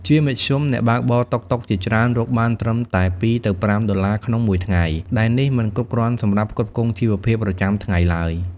ជាមធ្យម អ្នកបើកបរតុកតុកជាច្រើនរកបានត្រឹមតែ ២ ទៅ ៥ ដុល្លារក្នុងមួយថ្ងៃ ដែលនេះមិនគ្រប់គ្រាន់សម្រាប់ផ្គត់ផ្គង់ជីវភាពប្រចាំថ្ងៃទ្បើយ។